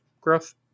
growth